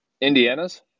Indiana's